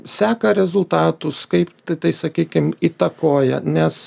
seka rezultatus kaip tatai sakykim įtakoja nes